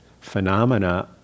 phenomena